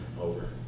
over